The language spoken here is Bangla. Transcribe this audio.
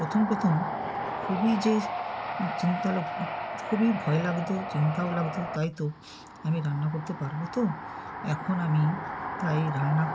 প্রথম প্রথম খুবই যে চিন্তা লাগ খুবই ভয় লাগতো চিন্তাও লাগতো তাই তো আমি রান্না করতে পারবো তো এখন আমি তাই রান্না